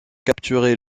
capturé